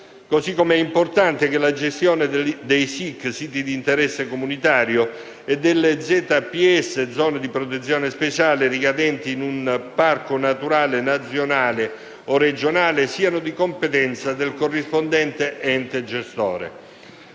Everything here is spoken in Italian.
È altresì importante che la gestione dei siti di interesse comunitario e delle zone di protezione speciale (ZPS) ricadenti in un parco naturale nazionale o regionale sia di competenza del corrispondente ente gestore.